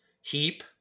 heap